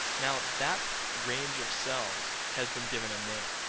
now that range of cells has been given a name.